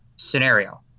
scenario